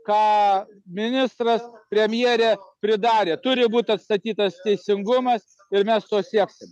ką ministras premjerė pridarė turi būti atstatytas teisingumas ir mes to sieksim